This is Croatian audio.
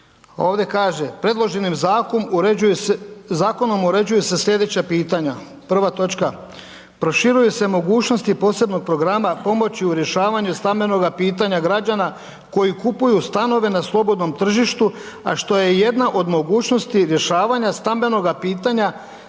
ovdje kaže predloženim zakonom uređuju se slijedeća pitanja, prva točka, proširuju se mogućnosti posebnog programa pomoći u rješavanju stambenoga pitanja građana koji kupuju stanove na slobodnom tržištu a što je jedna od mogućnosti rješavanja stambenoga pitanja